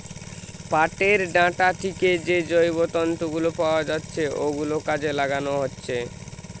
পাটের ডাঁটা থিকে যে জৈব তন্তু গুলো পাওয়া যাচ্ছে ওগুলো কাজে লাগানো হচ্ছে